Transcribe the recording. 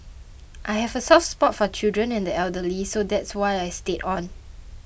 I have a soft spot for children and the elderly so that's why I stayed on